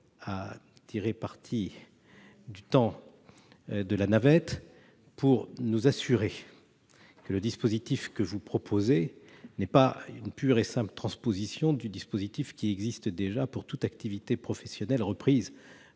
tirer parti de la navette pour nous assurer que le dispositif proposé n'est pas une pure et simple transposition du dispositif déjà existant pour toute activité professionnelle reprise